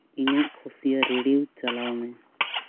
ᱤᱧᱟᱹᱜ ᱠᱷᱩᱥᱤᱭᱟ ᱨᱮᱰᱤᱣᱳ ᱪᱟᱞᱟᱣ ᱢᱮ